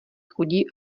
chudí